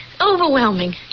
Overwhelming